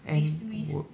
end work